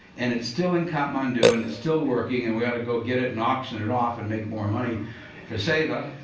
and it's still in kathmandu, and it's still working, and we ought to go get it and auction it off and make more money for seva.